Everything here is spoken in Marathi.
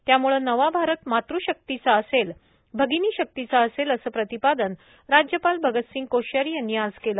त्याम्ळे नवा भारत मातृशक्तीचा असेल भगिनीशक्तीचा असेल अस प्रतिपादन राज्यपाल भगतसिंह कोश्यारी यांनी आज केले